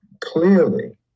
clearly